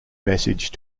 message